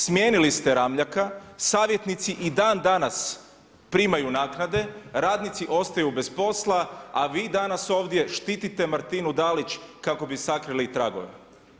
Smijenili ste Ramljaka, savjetnici i dan danas primaju naknade, radnici ostaju bez posla, a vi danas ovdje, štitite Maritnu Dalić kako bi sakrili tragove.